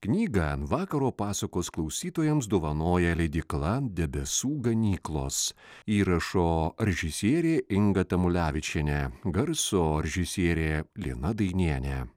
knygą vakaro pasakos klausytojams dovanoja leidykla debesų ganyklos įrašo režisierė inga tamulevičienė garso režisierė lina dainienė